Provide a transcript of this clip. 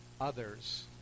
others